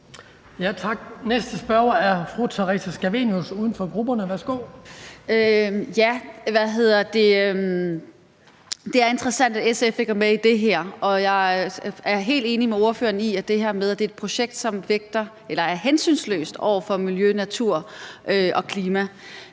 Næste spørger er fru Theresa Scavenius, uden for grupperne. Værsgo. Kl. 18:01 Theresa Scavenius (UFG): Ja, det er interessant, at SF ikke er med i det her, og jeg er helt enig med ordføreren i, at det er et projekt, som er hensynsløst over for miljø, natur og klima.